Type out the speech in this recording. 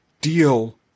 deal